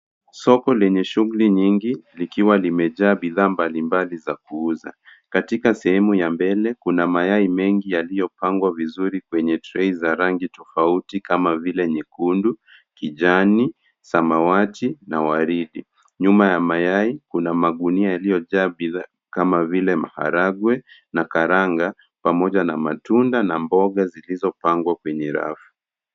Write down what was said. Soko lenye shughuli nyingi likiwa limejaa bidhaa mbali mbali za kuuza. Katika sehemu ya mbele, kuna mayai mengi yaliyopangwa vizuri kwenye trei za rangi tofauti kama vile: nyekundu, kijani, samawati na waridi. Nyuma ya mayai kuna magunia yaliyojaa bidhaa kama vile: maharagwe na karanga pamoja na matunda na mboga zilizopangwa kwenye rafu.